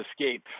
escape